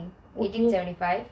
eighteen seventy five